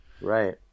Right